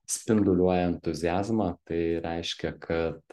spinduliuoja entuziazmą tai reiškia kad